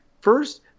first